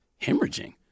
Hemorrhaging